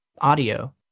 audio